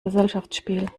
gesellschaftsspiel